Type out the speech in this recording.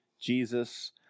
Jesus